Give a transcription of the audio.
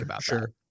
Sure